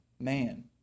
man